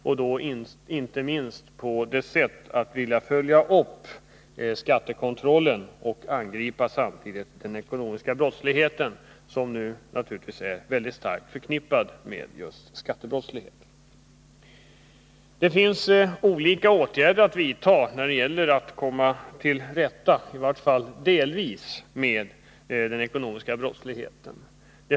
Det gäller inte minst det sätt på vilket regeringen vill följa upp skattekontrollen och angripa den ekonomiska brottsligheten, som naturligtvis är mycket starkt förknippad med just skattebrottsligheten. Vi kan vidta olika åtgärder när det gäller att, i varje fall delvis, komma till rätta med den ekonomiska brottsligheten.